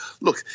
look